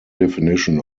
definition